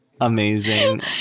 Amazing